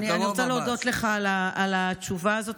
אני רוצה להודות לך על התשובה הזאת.